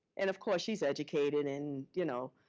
and, of course, she's educated and, you know,